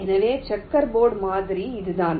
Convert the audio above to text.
எனவே checker board மாதிரி இதுதான்